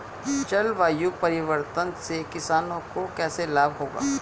जलवायु परिवर्तन से किसानों को कैसे लाभ होगा?